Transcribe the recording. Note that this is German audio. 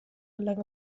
gelang